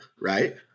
right